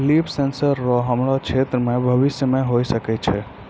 लिफ sensor रो हमरो क्षेत्र मे भविष्य मे होय सकै छै